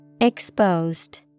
Exposed